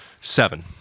Seven